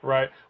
Right